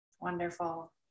Wonderful